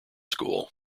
school